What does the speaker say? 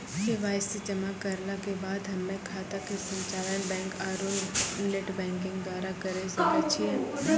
KYC जमा करला के बाद हम्मय खाता के संचालन बैक आरू नेटबैंकिंग द्वारा करे सकय छियै?